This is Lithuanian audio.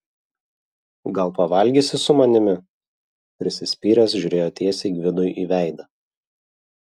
gal pavalgysi su manimi prisispyręs žiūrėjo tiesiai gvidui į veidą